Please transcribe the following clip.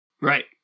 right